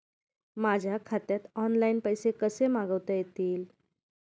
माझ्या खात्यात ऑनलाइन पैसे कसे मागवता येतील?